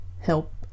help